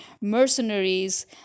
mercenaries